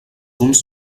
uns